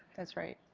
that's right.